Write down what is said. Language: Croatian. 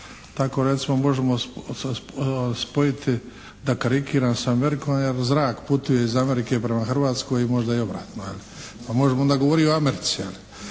Tako recimo možemo spojiti da karikiram sa Amerikom jer zrak putuje iz Amerike prema Hrvatskoj i možda i obratno. Pa možemo onda govoriti i o Americi.